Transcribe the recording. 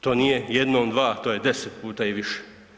To nije jednom, dva, to je 10 puta i više.